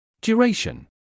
Duration